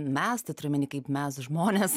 mes tai turiu omeny kaip mes žmonės